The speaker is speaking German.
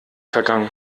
vergangen